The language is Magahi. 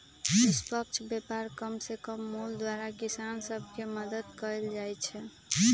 निष्पक्ष व्यापार कम से कम मोल द्वारा किसान सभ के मदद कयल जाइ छै